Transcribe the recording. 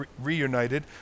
reunited